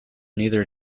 neither